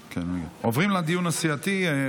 הכנסת, עוברים לדיון הסיעתי.